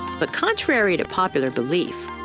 but contrary to popular belief,